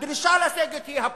הדרישה לסגת היא הפוליטית.